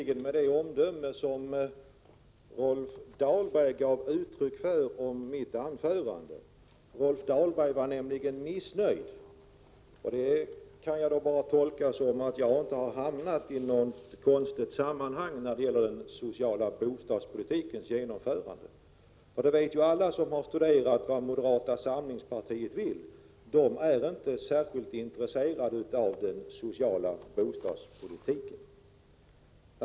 Herr talman! Rolf Dahlberg var missnöjd med mitt anförande. Jag kan inte tolka det på annat sätt än att jag inte har hamnat fel när det gäller den sociala bostadspolitikens genomförande. Alla som har studerat vad moderata samlingspartiet vill vet ju att det inte är särskilt intresserat av den sociala bostadspolitiken.